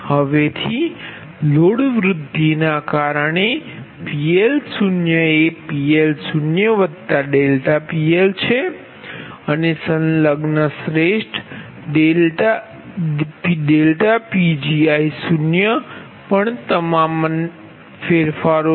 હવેથી લોડ વૃદ્ધિના કારણે PLo એ PLo∆PL છે અને સંલગ્ન શ્રેષ્ઠ Pgio પણ તમામ ફેરફારો છે